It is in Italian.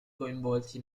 coinvolti